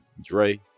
Dre